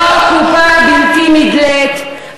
היא לא קופה בלתי נדלית,